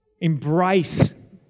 embrace